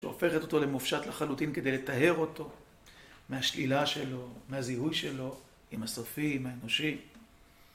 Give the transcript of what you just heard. שהופכת אותו למופשט לחלוטין כדי לטהר אותו מהשלילה שלו, מהזיהוי שלו עם הסופי, עם האנושי